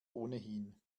ohnehin